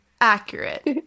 Accurate